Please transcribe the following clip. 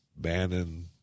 Bannon